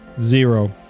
Zero